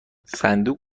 صندوق